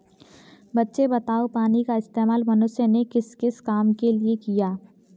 बच्चे बताओ पानी का इस्तेमाल मनुष्य ने किस किस काम के लिए किया?